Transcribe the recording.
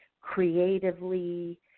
creatively